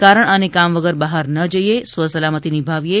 કારણ અને કામ વગર બહાર ના જઇ સ્વસલામતી નિભાવીએ